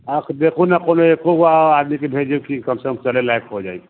आके देखू ने पहिने कोनो एक्को गो आदमीके भेजू कि कमसँ कम चलै लायक हो जाइ